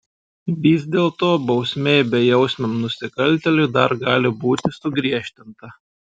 vis dėlto bausmė bejausmiam nusikaltėliui dar gali būti sugriežtinta